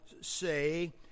say